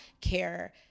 care